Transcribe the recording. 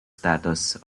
status